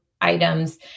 items